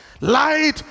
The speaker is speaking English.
Light